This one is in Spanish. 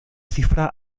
cifra